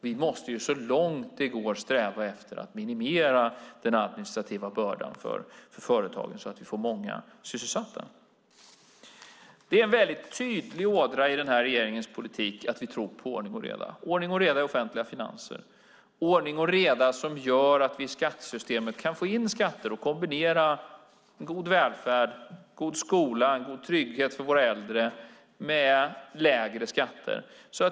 Vi måste så långt det går sträva efter att minimera den administrativa bördan för företagen så att vi får många sysselsatta. Det är en väldigt tydlig ådra i regeringens politik att vi tror på ordning och reda. Det ska vara ordning och reda i offentliga finanser och ordning och reda som gör att vi i skattesystemet kan få in skatter och kombinera en god välfärd, en god skola, en god trygghet för våra äldre med lägre skatter.